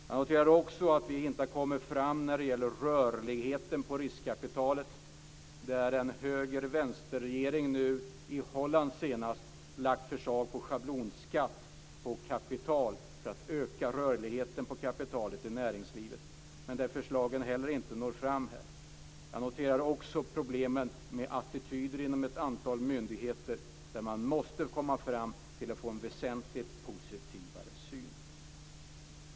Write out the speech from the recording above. Jag noterar också att vi inte har kommit fram när det gäller rörligheten på riskkapitalet. I Holland har en höger-vänster-regering lagt fram förslag om schablonskatt på kapital för att öka rörligheten på kapitalet i näringslivet. Men dessa förslag når inte fram här. Jag noterar också problemen med attityder inom ett antal myndigheter där man måste komma framåt för att få en väsentligt mer positiv syn.